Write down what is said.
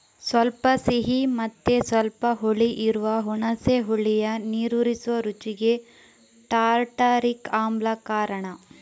ಸ್ವಲ್ಪ ಸಿಹಿ ಮತ್ತೆ ಸ್ವಲ್ಪ ಹುಳಿ ಇರುವ ಹುಣಸೆ ಹುಳಿಯ ನೀರೂರಿಸುವ ರುಚಿಗೆ ಟಾರ್ಟಾರಿಕ್ ಆಮ್ಲ ಕಾರಣ